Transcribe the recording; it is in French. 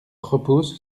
repose